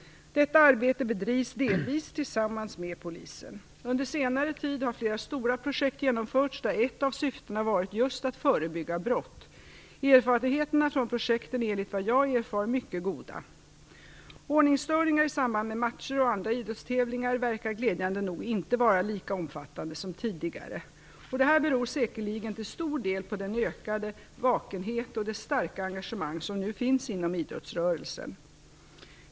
Detta arbete bedrivs delvis tillsammans med polisen. Under senare tid har flera stora projekt genomförts, där ett av syftena varit just att förebygga brott. Erfarenheterna från projekten är enligt vad jag erfarit mycket goda. Ordningsstörningar i samband med matcher och andra idrottstävlingar verkar glädjande nog inte vara lika omfattande som tidigare. Detta beror säkerligen till stor del på den ökade vakenhet och det starka engagemang som nu finns inom idrottsrörelsen.